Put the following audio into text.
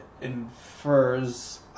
infers